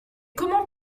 comment